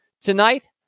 Tonight